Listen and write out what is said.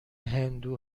هندو